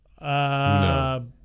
No